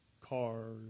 cars